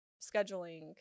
scheduling